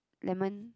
lemon